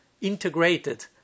integrated